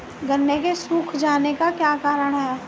गन्ने के सूख जाने का क्या कारण है?